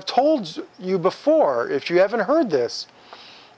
i've told you before if you haven't heard this